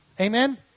Amen